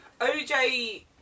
OJ